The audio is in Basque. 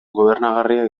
gobernagarria